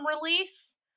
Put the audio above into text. release